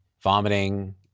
vomiting